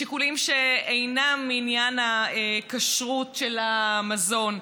משיקולים שאינם עניין הכשרות של המזון,